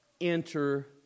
enter